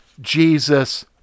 Jesus